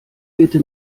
bitte